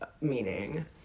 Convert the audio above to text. meaning